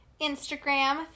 Instagram